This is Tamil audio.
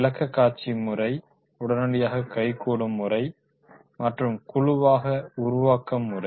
விளக்க காட்சி முறை உடனடியாக கைகூடும் முறை மற்றும் குழுவாக உருவாக்க முறை